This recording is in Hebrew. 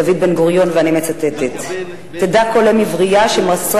דוד בן-גוריון: "תדע כל אם עברייה שמסרה